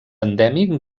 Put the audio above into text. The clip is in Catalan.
endèmic